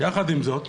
יחד עם זאת,